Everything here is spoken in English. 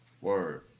Word